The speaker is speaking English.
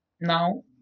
now